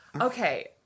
Okay